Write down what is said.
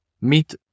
meet